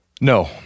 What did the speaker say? No